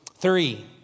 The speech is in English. Three